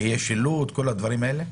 יהיו שילוט וכל הדברים האלה?